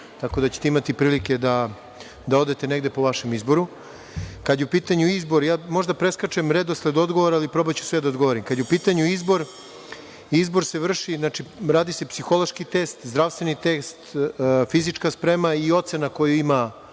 tako da ćete imati prilike da odete negde po vašem izboru. Možda preskačem redosled odgovora, ali probaću na sve da odgovorim. Kada je u pitanju izbor, izbor se vrši, radi se psihološki test, zdravstveni test, fizička sprema i ocena koju ima